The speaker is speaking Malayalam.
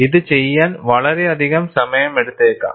ഇത് ചെയ്യാൻ വളരെയധികം സമയമെടുത്തേക്കാം